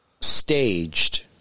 staged